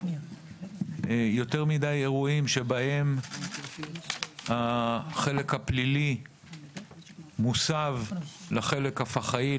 יותר מדי אירועים שבהם החלק הפלילי מוסב לחלק הפח"עי,